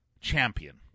champion